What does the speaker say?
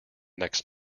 next